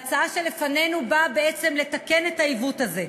ההצעה שלפנינו באה בעצם לתקן את העיוות הזה.